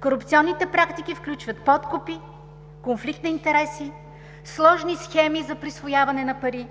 Корупционните практики включват подкупи, конфликт на интереси, сложни схеми за присвояване на пари,